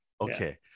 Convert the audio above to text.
Okay